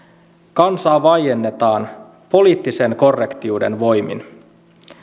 kansaa vaiennetaan poliittisen korrektiuden voimin